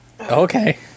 okay